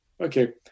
Okay